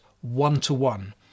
one-to-one